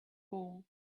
hole